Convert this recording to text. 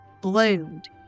bloomed